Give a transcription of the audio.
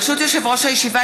ברשות יושב-ראש הישיבה,